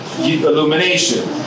illumination